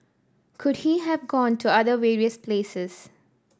could he have gone to other various places